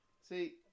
See